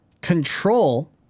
Control